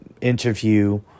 interview